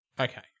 Okay